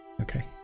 Okay